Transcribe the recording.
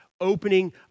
opening